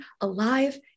alive